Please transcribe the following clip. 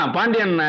Pandian